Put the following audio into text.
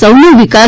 સૌનો વિકાસ